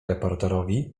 reporterowi